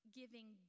giving